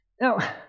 Now